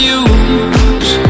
use